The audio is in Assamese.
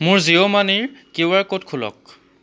মোৰ জিঅ' মানিৰ কিউআৰ ক'ড খোলক